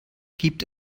gibt